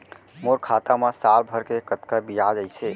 मोर खाता मा साल भर के कतका बियाज अइसे?